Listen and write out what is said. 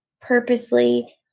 purposely